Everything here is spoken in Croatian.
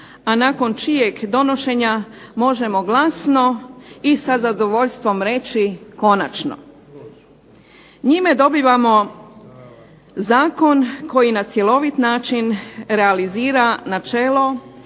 a nakon čijeg donošenja možemo glasno i sa zadovoljstvom reći konačno. Njime dobivamo zakon koji na cjelovit način realizira načelo